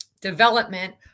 development